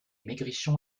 maigrichon